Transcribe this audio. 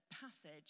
passage